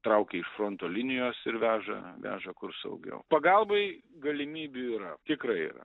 traukia iš fronto linijos ir veža veža kur saugiau pagalbai galimybių yra tikrai yra